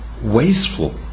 wasteful